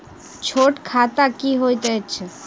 छोट खाता की होइत अछि